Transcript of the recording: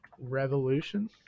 Revolution